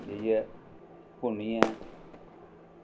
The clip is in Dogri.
की जे भुन्नियै